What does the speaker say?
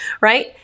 right